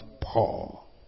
Paul